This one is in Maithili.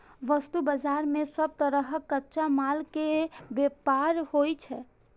वस्तु बाजार मे सब तरहक कच्चा माल के व्यापार होइ छै